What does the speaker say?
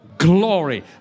Glory